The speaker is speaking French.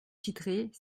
titrait